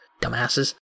Dumbasses